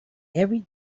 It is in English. every